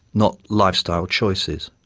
not lifestyle choices.